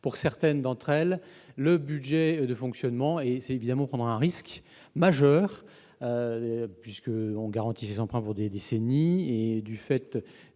pour certaines d'entre elles, leur budget de fonctionnement. C'est évidemment prendre un risque majeur : on garantit ces emprunts pour des décennies ; or, du fait